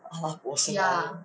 !huh! !whoa!